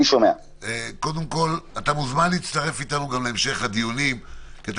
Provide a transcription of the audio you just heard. אתה מוזמן להצטרף אלינו גם להמשך הדיונים כי אתה